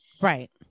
right